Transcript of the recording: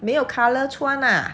没有 colour 穿 ah